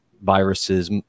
viruses